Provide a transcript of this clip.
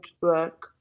work